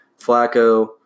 Flacco